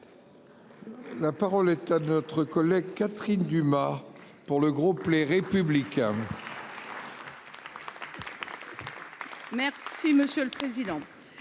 La parole est à notre collègue Catherine Dumas pour le groupe Les Républicains.